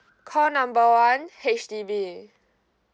call number one H_D_B